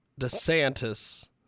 DeSantis